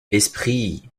esprit